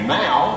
now